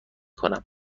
کنم